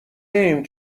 ایم